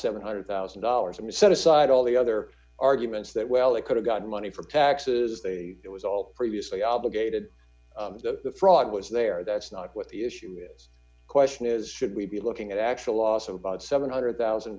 seven hundred thousand dollars and set aside all the other arguments that well they could've gotten money from taxes they it was all previously obligated to fraud was there that's not what the issue is the question is should we be looking at actual loss of about seven hundred thousand